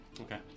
Okay